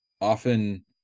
often